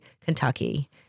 Kentucky